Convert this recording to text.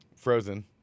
Frozen